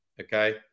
okay